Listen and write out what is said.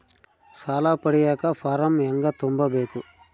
ಸಾಲ ಪಡಿಯಕ ಫಾರಂ ಹೆಂಗ ತುಂಬಬೇಕು?